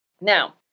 Now